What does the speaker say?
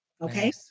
Okay